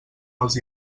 els